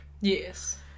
yes